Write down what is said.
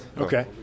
Okay